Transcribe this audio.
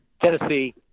Tennessee